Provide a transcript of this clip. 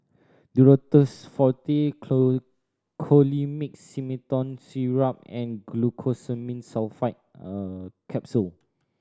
Duro Tuss Forte Colimix Simethicone Syrup and Glucosamine Sulfate Capsule